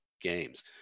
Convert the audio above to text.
games